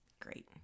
great